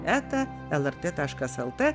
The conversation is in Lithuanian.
eta lrt taškas lt